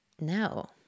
no